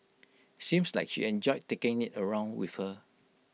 seems like she enjoyed taking IT around with her